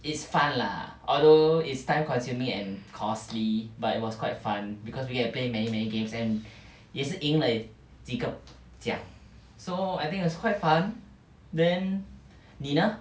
it's fun lah although it's time consuming and costly but it was quite fun because we get to play many many games and 也是赢了几个奖 so I think it's quite fun then 你呢